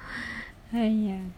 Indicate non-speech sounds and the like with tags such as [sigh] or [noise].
[laughs] !haiya!